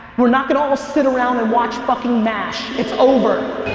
we're not gonna all sit around and watch fucking mash. it's over.